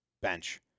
bench